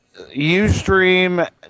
Ustream